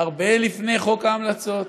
והרבה לפני חוק ההמלצות,